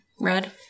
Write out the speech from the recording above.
red